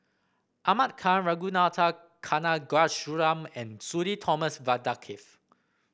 Ahmad Khan Ragunathar Kanagasuntheram and Sudhir Thomas Vadaketh